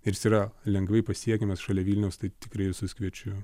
ir jis yra lengvai pasiekiamas šalia vilniaus tai tikrai visus kviečiu